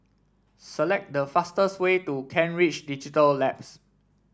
select the fastest way to Kent Ridge Digital Labs